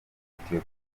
etiyopiya